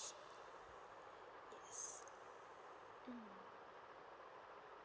yes